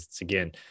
Again